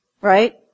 right